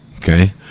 Okay